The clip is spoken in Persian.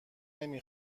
نمی